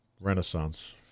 renaissance